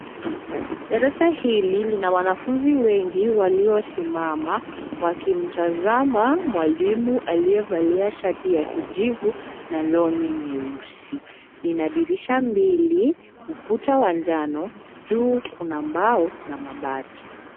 Darasa hili lina wanafunzi wengi waliosimama wakimtazama mwalimu aliyevalia shati ya kijivu na long'i nyeusi. Lina dirisha mbili, ukuta wa njano, juu kuna mbao na mabati.